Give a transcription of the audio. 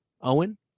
Owen